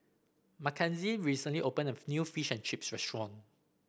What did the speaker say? Makenzie recently opened a new Fish and Chips restaurant